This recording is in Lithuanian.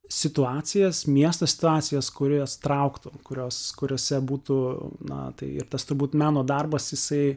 situacijas miesto situacijas kurios trauktų kurios kuriose būtų na tai ir tas turbūt meno darbas jisai